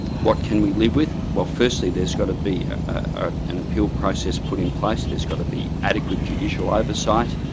what can we live with? well firstly, there's got to be ah an appeal process put in place, there's got to be adequate judicial oversight,